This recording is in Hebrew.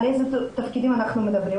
על איזה תפקידים מדברים?